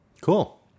Cool